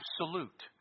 absolute